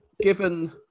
given